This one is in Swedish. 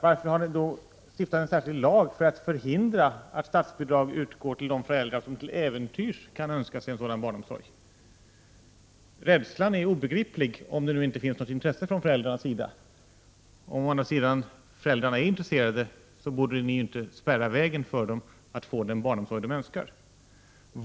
Varför har ni stiftat en särskild lag för att förhindra att statsbidrag utgår till de föräldrar som till äventyrs kan önska sig en sådan barnomsorg? Rädslan är obegriplig om det nu inte finns något intresse från föräldrarnas sida. Om å andra sidan föräldrarna är intresserade, då borde ni inte spärra vägen för dem när det gäller att få den barnomsorg de önskar.